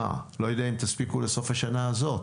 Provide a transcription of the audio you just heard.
אם תספיקו לסוף השנה הזאת